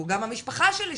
או גם המשפחה שלי,